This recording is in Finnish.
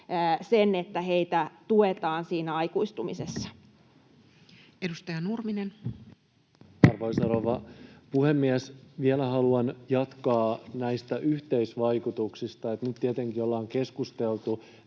että heitä tuetaan siinä aikuistumisessa. Edustaja Nurminen. Arvoisa rouva puhemies! Vielä haluan jatkaa näistä yhteisvaikutuksista. Nyt tietenkin ollaan keskusteltu